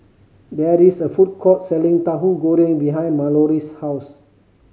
there is a food court selling Tahu Goreng behind Mallory's house